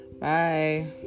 Bye